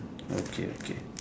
okay okay